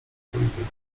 polityką